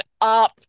up